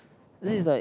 this is like